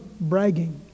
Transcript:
bragging